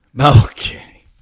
Okay